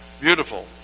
Beautiful